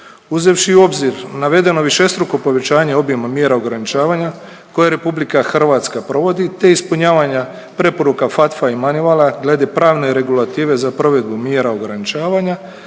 Uzevši u obzir navedeno višestruko povećanje obima mjera ograničavanja koje RH provodi te ispunjavanja preporuka FATFA i MONEYVAL-a glede pravne regulative za provedbu mjera ograničavanja,